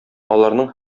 аларның